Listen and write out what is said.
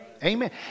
amen